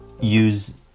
use